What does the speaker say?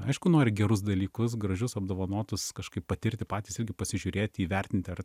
aišku nori gerus dalykus gražius apdovanotus kažkaip patirti patys irgi pasižiūrėti įvertinti ar